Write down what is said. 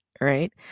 right